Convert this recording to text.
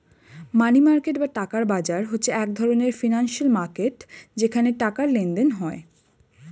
মানি market বা টাকার বাজার হচ্ছে এক ধরণের ফিনান্সিয়াল মার্কেট যেখানে টাকার লেনদেন হয়